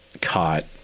caught